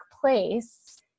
place